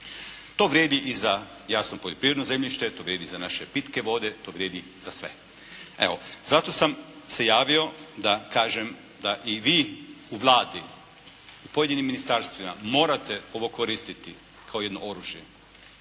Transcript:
To vrijedi i za, jasno poljoprivredno zemljište, to vrijedi i za naše pitke vode, to vrijedi za sve. Evo, zato sam se javio da kažem da i vi u Vladi, u pojedinim ministarstvima morate ovo koristiti kao jedno oružje